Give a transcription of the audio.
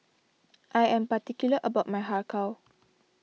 I am particular about my Har Kow